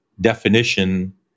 definition